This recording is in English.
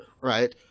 Right